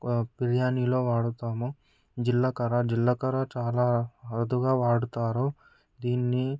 బిర్యానీలో వాడుతాము జిలకర జిలకర చాలా అరుదుగా వాడుతారు దీన్ని